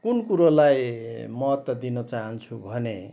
कुन कुरोलाई महत्त्व दिन चहान्छु भने